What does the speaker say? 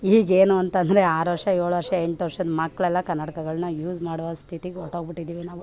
ಈಗ ಏನು ಅಂತ ಅಂದ್ರೆ ಆರು ವರ್ಷ ಏಳು ವರ್ಷ ಎಂಟು ವರ್ಷ ಮಕ್ಕಳೆಲ್ಲ ಕನ್ನಡಕಗಳನ್ನ ಯೂಸ್ ಮಾಡೋ ಸ್ಥಿತಿ ಹೊರ್ಟೊಗ್ಬಿಟ್ಟಿದ್ದೀವಿ ನಾವು